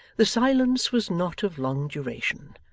the silence was not of long duration,